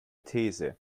these